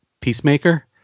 peacemaker